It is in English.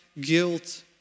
guilt